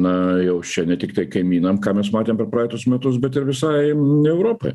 na jau čia ne tiktai kaimynam ką mes matėm per praeitus metus bet ir visai europai